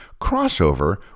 crossover